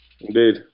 Indeed